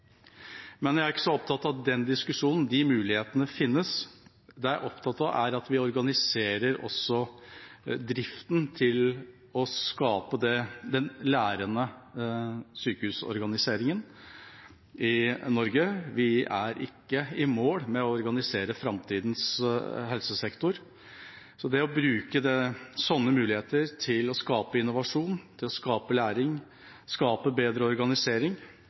Men jeg er ikke så opptatt av den diskusjonen. De mulighetene finnes. Det jeg er opptatt av, er at vi organiserer driften til også å skape den lærende sykehusorganiseringen i Norge. Vi er ikke i mål med å organisere framtidas helsesektor. Så det å bruke slike muligheter til å skape innovasjon, læring, bedre organisering og bedre